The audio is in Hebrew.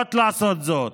ויודעות לעשות זאת,